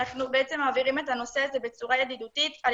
אנחנו בעצם מעבירים את הנושא הזה בצורה ידידותית על